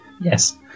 yes